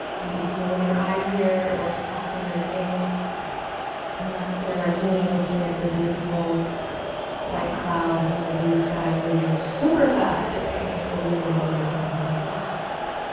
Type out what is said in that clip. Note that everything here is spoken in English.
maybe close your eyes here or soften your gaze unless you're like me looking at the beautiful white clouds and the blue sky moving super fast today. maybe you enjoy something like that here.